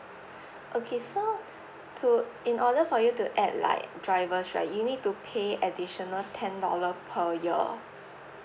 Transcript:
okay so to in order for you to add like drivers right you need to pay additional ten dollar per year